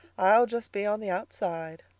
i'll just be on the outside.